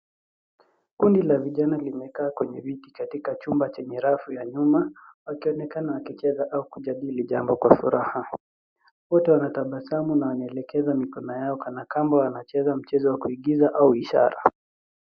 Kundi la vijana limeaa kwenye viti katika chumba chenye rafu ya nyuma wakionekana wakicheza au kujadili jambo kwa furaha. Wote wanatabasamu na wanelekeza mikono yao kana kwamba wanacheza mchezo wa kuigiza au ishara.